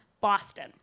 Boston